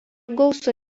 gausu